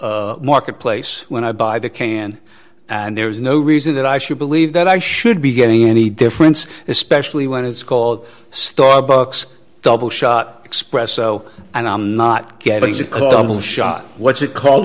the marketplace when i buy the cayenne and there is no reason that i should believe that i should be getting any difference especially when it's cold starbucks double shot espresso and i'm not getting as a couple shot what's it called